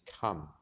come